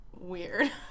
weird